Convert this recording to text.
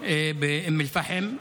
באום אל-פחם,